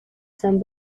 san